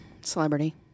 Celebrity